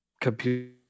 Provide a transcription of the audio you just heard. computer